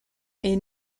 est